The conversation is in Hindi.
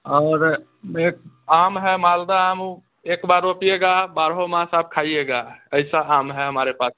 और एक आम है मालदा आम वह एक बार रोपिएगा बारहों मास आप खाइएगा ऐसा आम है हमारे पास